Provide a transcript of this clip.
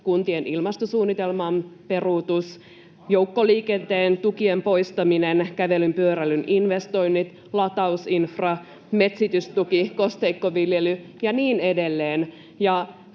Erinomaisia päätöksiä!] joukkoliikenteen tukien poistaminen, kävelyn ja pyöräilyn investoinnit, latausinfra, metsitystuki, kosteikkoviljely ja niin edelleen.